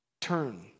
turn